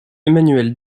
emmanuel